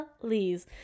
Please